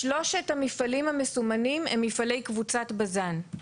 שלושת המפעלים המסומנים הם מפעלי קבוצת בז"ן,